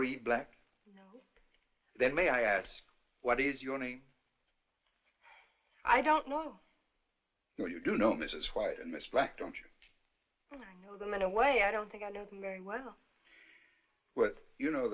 are you black then may i ask what is your name i don't know what you do know mrs white and mr black don't you know them in a way i don't think i know them very well but you know